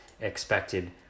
expected